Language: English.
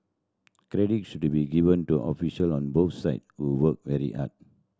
credit should be given to official on both side who worked very hard